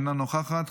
אינה נוכחת,